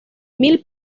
mil